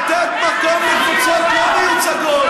לתת מקום לקבוצות לא מיוצגות.